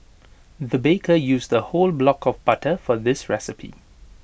the baker used A whole block of butter for this recipe